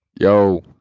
yo